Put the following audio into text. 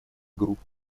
групп